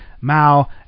Mao